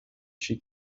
she